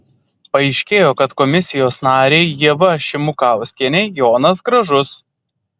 paaiškėjo kad komisijos narei ieva šimukauskienei jonas gražus